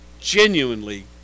genuinely